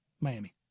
Miami